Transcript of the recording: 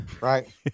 Right